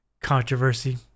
Controversy